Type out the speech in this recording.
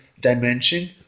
dimension